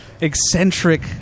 eccentric